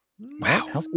Wow